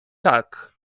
tak